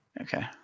Okay